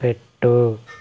పెట్టు